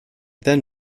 then